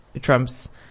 Trump's